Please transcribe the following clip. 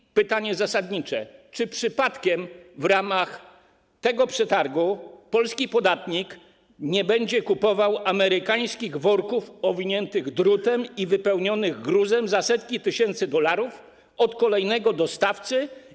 I pytanie zasadnicze: Czy przypadkiem w ramach tego przetargu polski podatnik nie będzie kupował amerykańskich worków owiniętych drutem i wypełnionych gruzem za setki tysięcy dolarów od kolejnego dostawcy?